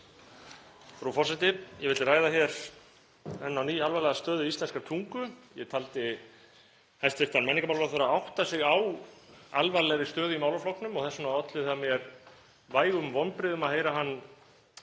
Frú forseti. Ég vildi ræða hér enn á ný alvarlega stöðu íslenskrar tungu. Ég taldi hæstv. menningarmálaráðherra átta sig á alvarlegri stöðu í málaflokknum og þess vegna olli það mér vægum vonbrigðum að heyra hann